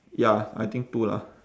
ya I think two lah